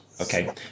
Okay